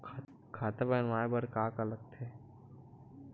खाता बनवाय बर का का लगथे?